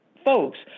folks